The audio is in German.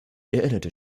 erinnerte